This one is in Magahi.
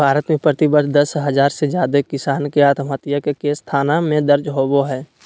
भारत में प्रति वर्ष दस हजार से जादे किसान के आत्महत्या के केस थाना में दर्ज होबो हई